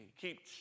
Keep